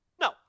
No